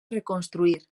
reconstruir